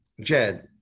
Jed